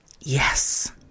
Yes